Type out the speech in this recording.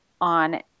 on